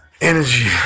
Energy